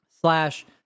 slash